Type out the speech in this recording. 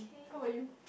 how about you